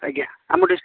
ଆଜ୍ଞା ଆମ ଡିଷ୍ଟ୍ରିକ୍ଟ